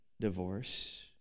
divorce